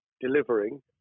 delivering